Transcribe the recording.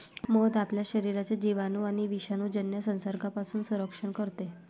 मध आपल्या शरीराचे जिवाणू आणि विषाणूजन्य संसर्गापासून संरक्षण करते